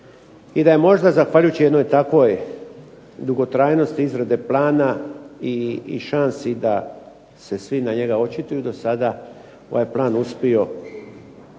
i da je možda zahvaljujući jednoj takvoj dugotrajnosti izrade plana i šansi da se svi na njega očituju do sada ovaj plan uspio